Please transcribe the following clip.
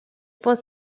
point